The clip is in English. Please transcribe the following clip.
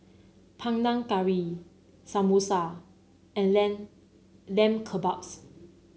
Panang Curry Samosa and Lam Lamb Kebabs